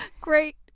Great